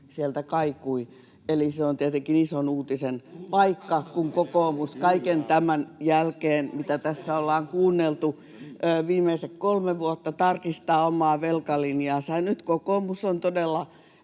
sieltä kaikui. Eli se on tietenkin ison uutisen paikka, [Välihuutoja kokoomuksen ryhmästä] kun kokoomus kaiken tämän jälkeen, mitä tässä ollaan kuunneltu viimeiset kolme vuotta, tarkistaa omaa velkalinjaansa ja nyt kokoomus on todella